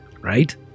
right